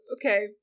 Okay